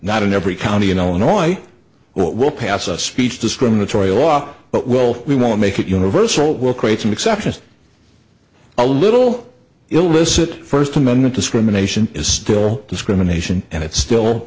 not in every county in illinois well we'll pass a speech discriminatory law but will we won't make it universal will create some exceptions a little illicit first amendment discrimination is still discrimination and it still